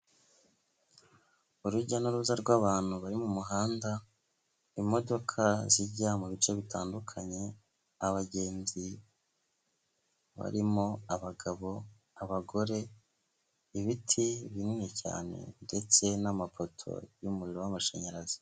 Urujya n'uruza rw'abantu bari mu muhanda, imodoka zijya mu bice bitandukanye, abagenzi barimo abagabo, abagore, ibiti binini cyane ndetse n'amapoto y'umuriro w'amashanyarazi.